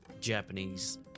Japanese